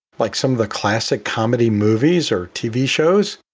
like some of the classic comedy movies or tv shows,